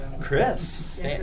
Chris